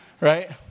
right